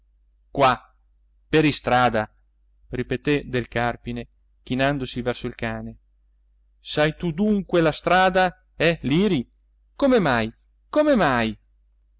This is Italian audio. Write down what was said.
qua per istrada ripeté del carpine chinandosi verso il cane sai tu dunque la strada eh liri come mai come mai